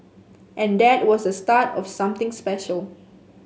and that was the start of something special